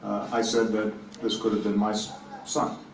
i said, but this could have been my so son.